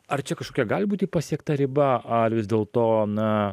ar čia kažkokia gali būti pasiekta riba ar vis dėlto na